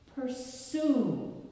Pursue